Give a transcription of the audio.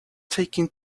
taken